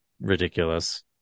ridiculous